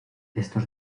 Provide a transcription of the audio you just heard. estos